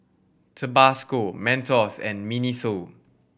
Tabasco Mentos and MINISO